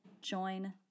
Join